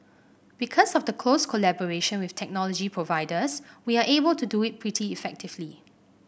because of the close collaboration with technology providers we are able to do it pretty effectively